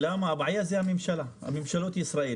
והבעיה היא ממשלות ישראל.